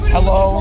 Hello